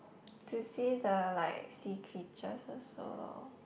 to see the like sea creatures also loh